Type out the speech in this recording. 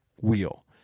wheel